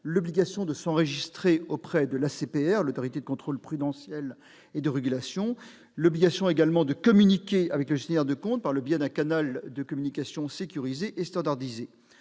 agrément ou de s'enregistrer auprès de l'Autorité de contrôle prudentiel et de résolution, l'ACPR, et de communiquer avec le gestionnaire de compte par le biais d'un canal de communication sécurisé et standardisé.